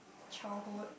childhood